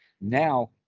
now